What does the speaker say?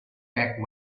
back